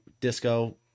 disco